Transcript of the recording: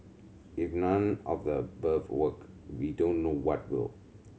if none of the above work we don't know what will